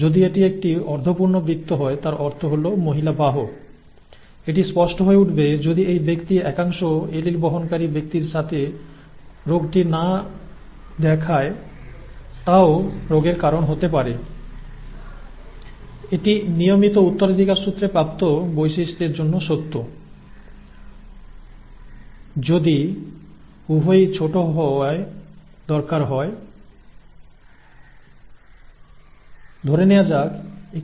যদি এটি একটি অর্ধপূর্ণ বৃত্ত হয় তার অর্থ হল মহিলা বাহক এটি স্পষ্ট হয়ে উঠবে যদি এই ব্যক্তি একাংশ এলিল বহনকারী ব্যক্তির সাথে রোগটি না দেখায় তাও রোগের কারণ হতে পারে যদি এটি একটি অর্ধ পূর্ণ বৃত্ত হয় তাহলে এটিকে একটি ফিমেল ক্যারিয়ার বলে এক্ষেত্রে যদিও ব্যক্তিটি রোগ দেখায় না তবুও ব্যক্তি নিজের সাথে অ্যালিলের একটি অংশ বহন করে যা রোগটি সৃষ্টি করতে পারে এটি পরে আরো স্পষ্ট হবে